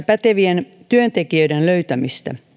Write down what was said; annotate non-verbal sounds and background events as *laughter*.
*unintelligible* pätevien työntekijöiden löytämistä pienissä yrityksissä